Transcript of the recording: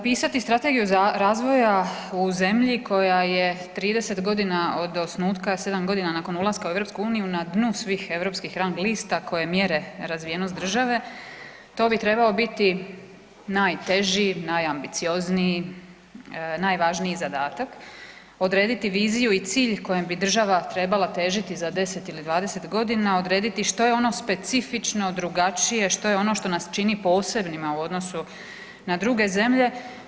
Pisati Strategiju razvoja u zemlji koja je 30 godina od osnutka 7 godina nakon ulaska u EU na dnu svih europskih rang lista koje mjere razvijenost države to bi trebao biti najteži, najambiciozniji, najvažniji zadatak odrediti viziju i cilj kojim bi država trebala težiti za 10 ili 20 godina, odrediti što je ono specifično drugačije, što je ono što nas čini posebnima u odnosu na druge zemlje.